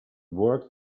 work